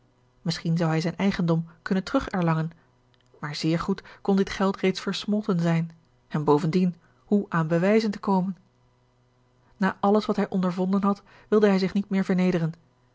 misschien zou hij zijn eigendom kunnen terug erlangen maar zeer goed kon dit geld reeds versmolten zijn en bovendien hoe aan bewijzen te komen na alles wat hij ondervonden had wilde hij zich niet meer vernederen